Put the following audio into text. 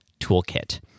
toolkit